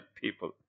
people